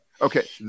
okay